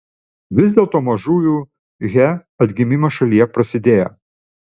vis dėlto mažųjų he atgimimas šalyje prasidėjo